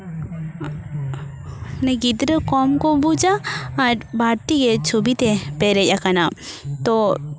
ᱜᱤᱫᱽᱨᱟᱹ ᱠᱚᱢ ᱠᱚ ᱵᱩᱡᱟ ᱟᱨ ᱵᱟᱹᱲᱛᱤ ᱜᱮ ᱪᱷᱚᱵᱤ ᱛᱮ ᱯᱮᱨᱮᱡ ᱟᱠᱟᱱᱟ ᱛᱚ